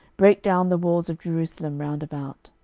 brake down the walls of jerusalem round about.